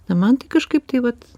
na man tai kažkaip tai vat